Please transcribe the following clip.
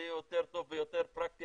זה יהיה יותר טוב ויותר פרקטי,